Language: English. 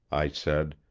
i said,